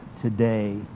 today